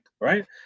right